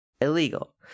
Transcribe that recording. illegal